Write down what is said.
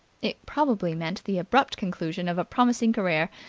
it probably meant the abrupt conclusion of a promising career,